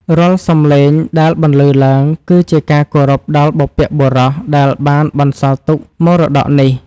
រាល់សំឡេងដែលបន្លឺឡើង គឺជាការគោរពដល់បុព្វបុរសដែលបានបន្សល់ទុកមរតកនេះ។